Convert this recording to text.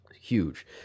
Huge